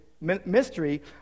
mystery